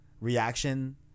reaction